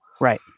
Right